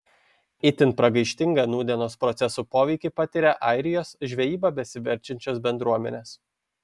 itin pragaištingą nūdienos procesų poveikį patiria airijos žvejyba besiverčiančios bendruomenės